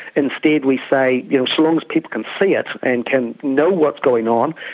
instead we say you know so long as people can see it and can know what's going on,